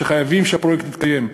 ושחייבים שהפרויקט יתקיים.